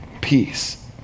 peace